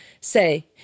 say